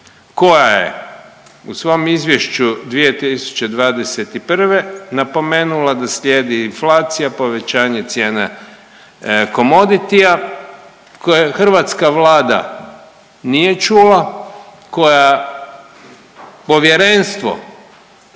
koja je u svom izvješću 2021. napomenula da slijedi inflacija, povećanje cijena comoditya koje hrvatska Vlada nije čula, kojoj povjerenstvo